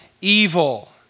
evil